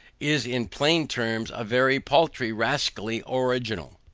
is in plain terms a very paltry rascally original.